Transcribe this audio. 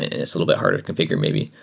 it s a little bit harder to configure maybe.